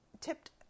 tipped